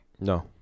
No